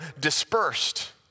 dispersed